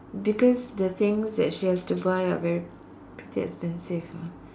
because the things that she has to buy are very pretty expensive